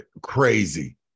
crazy